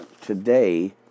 today